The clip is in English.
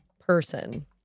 person